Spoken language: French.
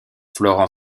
florent